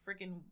freaking